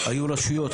היו רשויות,